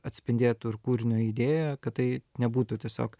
atspindėtų ir kūrinio idėją kad tai nebūtų tiesiog